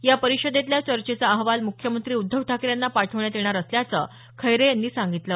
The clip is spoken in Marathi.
या परिषदेतल्या चर्चेचा अहवाल मुख्यमंत्री उध्दव ठाकरे यांना पाठवण्यात येणार असल्याचं खैरे यांनी सांगितलं